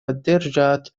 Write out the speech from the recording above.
поддержать